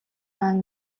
хаан